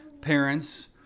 parents